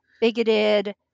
bigoted